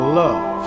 love